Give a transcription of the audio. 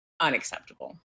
unacceptable